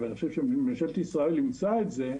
ואני חושב שממשלת ישראל אימצה את זה,